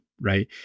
right